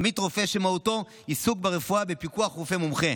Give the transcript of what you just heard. עמית רופא, שמהותו עיסוק ברפואה בפיקוח רופא מומחה